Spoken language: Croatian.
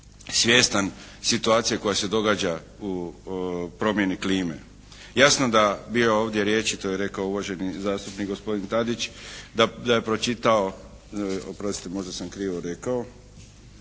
svjestan situacije koja se događa u promjeni klime. Jasno da … /Govornik se ne razumije./ … ovdje riječi, to je rekao uvaženi zastupnik gospodin Tadić da je pročitao, oprostite možda sam krivo rekao,